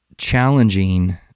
challenging